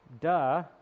duh